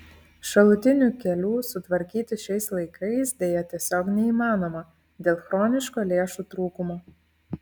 šalutinių kelių sutvarkyti šiais laikais deja tiesiog neįmanoma dėl chroniško lėšų trūkumo